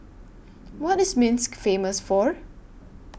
What IS Minsk Famous For